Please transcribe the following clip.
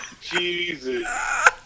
Jesus